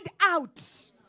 out